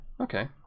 Okay